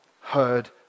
heard